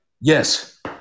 Yes